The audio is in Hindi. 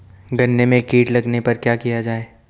गन्ने में कीट लगने पर क्या किया जाये?